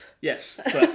Yes